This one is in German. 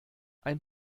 ein